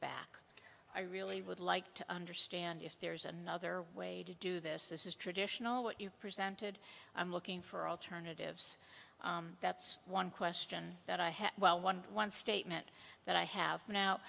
back i really would like to understand if there's another way to do this this is traditional what you presented i'm looking for alternatives that's one question that i have one statement that i have now